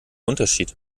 unterschied